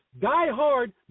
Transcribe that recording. die-hard